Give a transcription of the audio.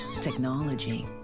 technology